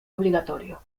obligatorio